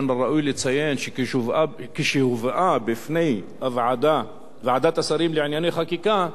מן הראוי לציין שכשהובאה בפני ועדת השרים לענייני חקיקה,